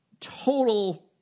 total